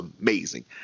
amazing